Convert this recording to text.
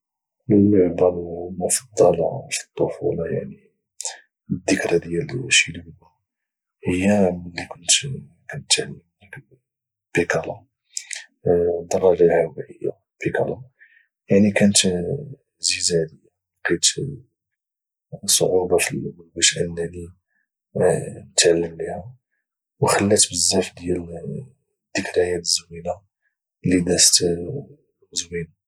اللعبه المفضله في الطفوله يعني الذكرى ديال شي لعبه هي ملي كنت كانتعلم نركب البيكاله الدراجه الهوائيه البيكاله يعني كانت عزيز علي ولقيت صعوبه في الاول باش انني نتعلم لها وخلات بزاف ديال الذكريات الزوينه اللي دازت زوينة